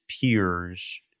peers